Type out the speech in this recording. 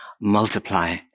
multiply